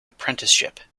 apprenticeship